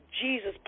Jesus